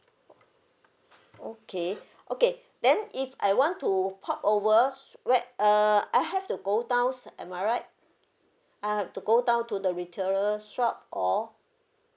okay okay then if I want to port over where uh I have to go downs am I right I'll have to go down to the retailer shop or